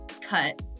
cut